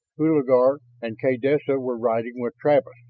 hulagur, and kaydessa were riding with travis,